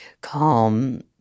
calm